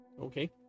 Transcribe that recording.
Okay